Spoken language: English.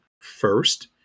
First